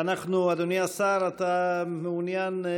אדוני השר, אתה מעוניין,